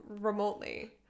remotely